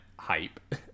Hype